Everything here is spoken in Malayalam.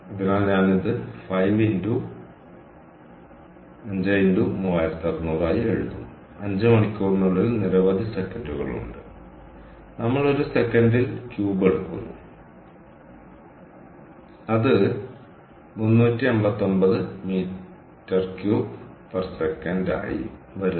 അതിനാൽ ഞാൻ ഇത് 5 x 3600 ആയി എഴുതും 5 മണിക്കൂറിനുള്ളിൽ നിരവധി സെക്കൻഡുകൾ ഉണ്ട് നമ്മൾ ഒരു സെക്കൻഡിൽ ക്യൂബ് എടുക്കുന്നു അത് 389m3s ആയി വരുന്നു